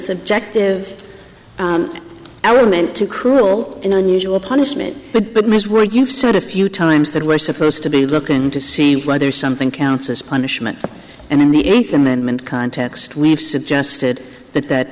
subjective element to cruel and unusual punishment but but most were you've said a few times that we're supposed to be looking to see whether something counts as punishment and in the eighth amendment context we've suggested that that